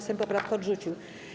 Sejm poprawkę odrzucił.